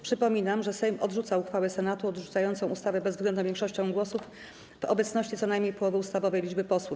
Przypominam, że Sejm odrzuca uchwałę Senatu odrzucającą ustawę bezwzględną większością głosów w obecności co najmniej połowy ustawowej liczby posłów.